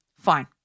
Fine